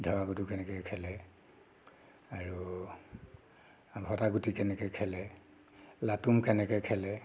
ধৰা গুড্ডু কেনেকৈ খেলে আৰু ভটা গুটি কেনেকৈ খেলে লাটুম কেনেকৈ খেলে